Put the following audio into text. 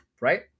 right